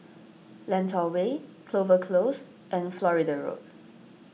Lentor Way Clover Close and Florida Road